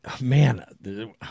Man